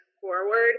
forward